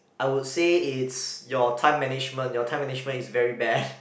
I would say it's your time management your time management is very bad